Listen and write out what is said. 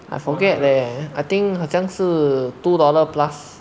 I forget leh I think 很像是 two dollar plus